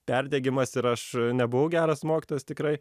perdegimas ir aš nebuvau geras mokytojas tikrai